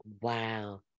Wow